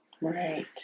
Right